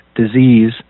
disease